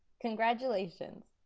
congratulations!